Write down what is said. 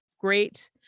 great